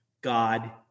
God